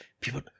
People